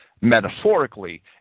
metaphorically